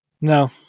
No